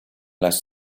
las